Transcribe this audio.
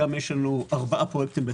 שם יש לנו ארבעה פרויקטים.